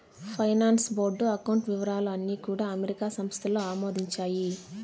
finance board account వివరాలు అన్నీ కూడా అమెరికా సంస్థలు ఆమోదించాయి